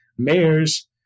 mayors